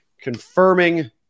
confirming